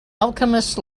alchemist